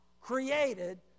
created